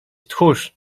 tchórz